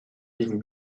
liegen